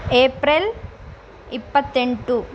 April ಇಪ್ಪತ್ತೆಂಟು